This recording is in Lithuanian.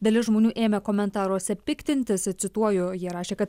dalis žmonių ėmė komentaruose piktintis cituoju jie rašė kad